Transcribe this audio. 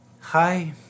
Hi